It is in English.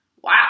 wow